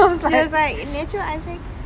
she was like natural eye fix